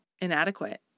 inadequate